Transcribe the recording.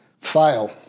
fail